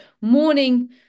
morning